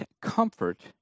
comfort